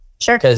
Sure